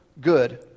good